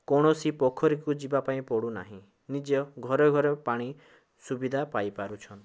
କୌଣସି ପୋଖରୀକୁ ଯିବା ପାଇଁ ପଡ଼ୁ ନାହିଁ ନିଜ ଘର ଘର ପାଣି ସୁବିଧା ପାଇପାରୁଛନ୍ତି